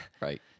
Right